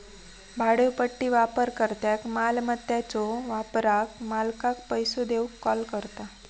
भाड्योपट्टी वापरकर्त्याक मालमत्याच्यो वापराक मालकाक पैसो देऊक कॉल करता